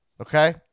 okay